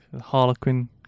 Harlequin